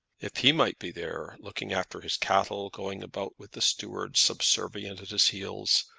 if he might be there, looking after his cattle, going about with the steward subservient at his heels,